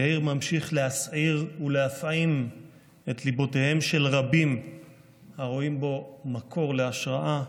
יאיר ממשיך להסעיר ולהפעים את ליבותיהם של רבים הרואים בו מקור להשראה,